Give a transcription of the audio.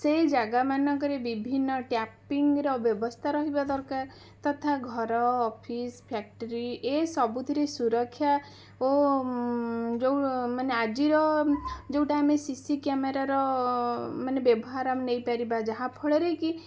ସେଇ ଜାଗା ମାନଙ୍କରେ ବିଭିନ୍ନ ଟ୍ୟାପିଂର ବ୍ୟବସ୍ଥା ରହିବା ଦରକାର ତଥା ଘର ଅଫିସ୍ ଫ୍ୟାକଟ୍ରି ଏ ସବୁଥିରେ ସୁରକ୍ଷା ଓ ଯେଉଁମାନେ ଆଜିର ଯେଉଁଟା ଆମେ ସି ସି କ୍ୟାମେରାର ମାନେ ବ୍ୟବହାର ଆମେ ନେଇପାରିବା ଯାହାଫଳରେ କି